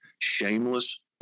Shameless